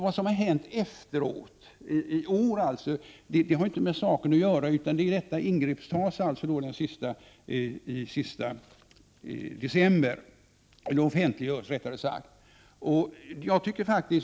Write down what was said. Det som har hänt efter offentliggörandet, dvs. i år, har inte med saken att göra. Detta ingrepp offentliggörs alltså den sista december.